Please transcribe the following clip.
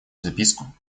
записку